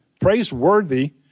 praiseworthy